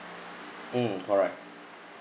mm correct